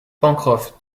pencroff